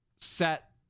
set